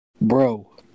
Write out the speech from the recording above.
Bro